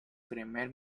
primer